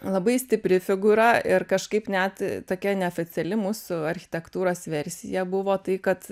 labai stipri figūra ir kažkaip net tokia neoficiali mūsų architektūros versija buvo tai kad